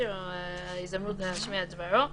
ההזדמנות להשמיע את דברו,